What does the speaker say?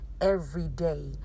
everyday